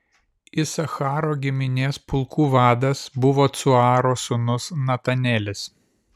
isacharo giminės pulkų vadas buvo cuaro sūnus netanelis